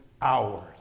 hours